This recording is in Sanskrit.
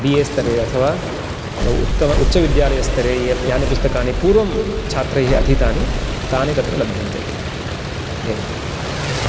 बी ए स्तरे अथवा उत्तम उच्चविद्यालयस्तरे ये यानि पुस्तकानि पूर्वं छात्रैः अधीतानि तानि तत्र लभ्यन्ते एवम्